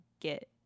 get